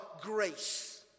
grace